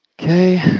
Okay